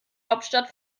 hauptstadt